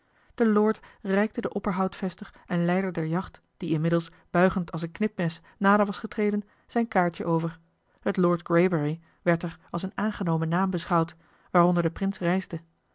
de lord reikte den opperhoutvester en leider der jacht die inmiddels buigend als een knipmes nader was getreden zijn kaartje over t lord greybury werd als een aangenomen naam beschouwd waaronder de prins reisde